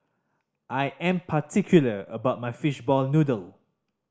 I am particular about my fishball noodle